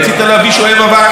מזגן חדש,